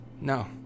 No